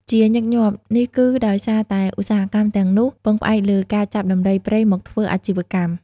ជាញឹកញាប់ នេះគឺដោយសារតែឧស្សាហកម្មទាំងនោះពឹងផ្អែកលើការចាប់ដំរីព្រៃមកធ្វើអាជីវកម្ម។